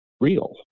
real